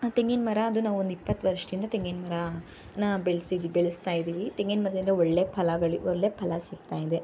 ಆ ತೆಂಗಿನ ಮರ ಅದು ನಾವು ಒಂದು ಇಪ್ಪತ್ತು ವರ್ಷದಿಂದ ತೆಂಗಿನ ಮರನ ಬೆಳ್ಸಿದ್ದು ಬೆಳೆಸ್ತಾಯಿದೀವಿ ತೆಂಗಿನ ಮರದಿಂದ ಒಳ್ಳೆಯ ಫಲಗಳು ಒಳ್ಳೆಯ ಫಲ ಸಿಗ್ತಾಯಿದೆ